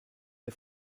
der